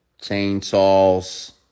chainsaws